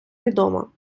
відомо